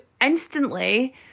instantly